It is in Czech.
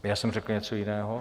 Já jsem řekl něco jiného?